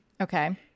Okay